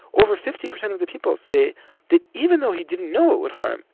over fifty percent of the people say that even though he didn't know it would harm,